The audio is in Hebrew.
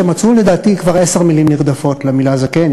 שמצאו לדעתי כבר עשר מילים נרדפות למילה זקן.